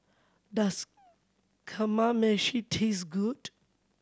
does Kamameshi taste good